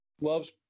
loves